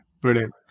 Brilliant